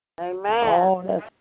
Amen